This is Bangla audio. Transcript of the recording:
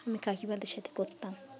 আমি কাকিমাদের সাথে করতাম